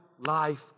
life